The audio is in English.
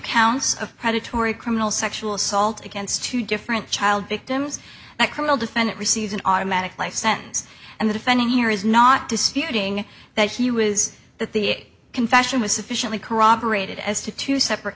counts of predatory criminal sexual assault against two different child victims a criminal defendant received an automatic life sentence and the defendant here is not disputing that he was that the confession was sufficiently corroborated as to two separate